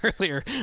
earlier